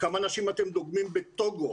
כמה אנשים דוגמים בטוגו,